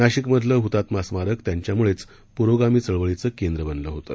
नाशिकमधलं हुतात्मा स्मारक हे त्यांच्यामुळेच पुरोगामी चळवळीचं केंद्र बनलं होतं